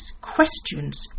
questions